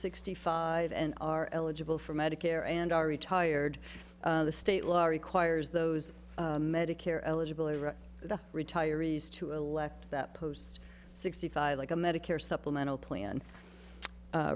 sixty five and are eligible for medicare and are retired the state law requires those medicare eligible or the retirees to elect that post sixty five like a medicare supplemental plan